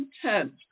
content